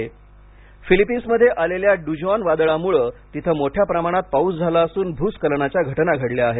Philippines फिलिपिन्समध्ये आलेल्या Dujuan वादळामुळे तिथे मोठ्या प्रमाणात पाऊस झाला असून भूस्खलनाच्या घटना घडल्या आहेत